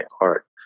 art